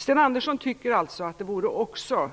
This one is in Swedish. Sten Andersson tycker alltså att det vore